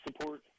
support